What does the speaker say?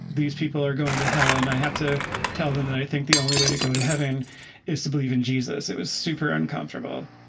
these people are going to hell. and i have to tell them that i think the only way to go to heaven is to believe in jesus. it was super uncomfortable